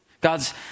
God's